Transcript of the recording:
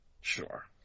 Sure